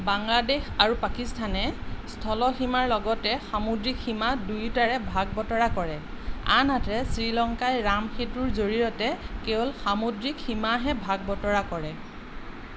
বাংলাদেশ আৰু পাকিস্তানে স্থল সীমাৰ লগতে সামুদ্ৰিক সীমা দুয়োটাৰে ভাগ বতৰা কৰে আনহাতে শ্ৰীলংকাই ৰাম সেঁতুৰ জৰিয়তে কেৱল সামুদ্ৰিক সীমাহে ভাগ বতৰা কৰে